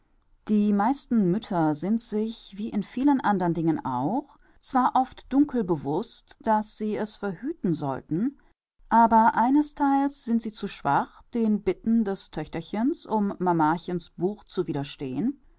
die meisten mütter sind sich wie in vielen andern dingen auch zwar oft dunkel bewußt daß sie es verhüten sollten aber einestheils sind sie zu schwach den bitten des töchterchens um mamachens buch zu widerstehen